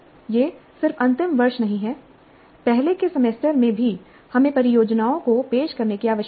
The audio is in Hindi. यह सिर्फ अंतिम वर्ष नहीं है पहले के सेमेस्टर में भी हमें परियोजनाओं को पेश करने की आवश्यकता है